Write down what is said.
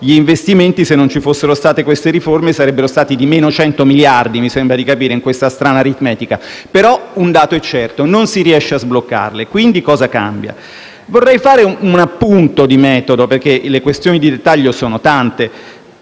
gli investimenti, se non ci fossero state queste riforme sarebbero stati di meno 100 miliardi - così mi sembra di capire, in questa strana aritmetica -, però un dato è certo: non si riesce a sbloccarli. Quindi, cosa cambia? Vorrei fare un appunto di metodo, perché le questioni di dettaglio sono tante: